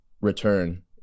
return